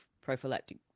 prophylactic